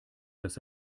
dass